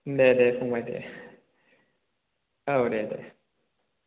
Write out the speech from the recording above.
दे दे फंबाय दे औ दे दे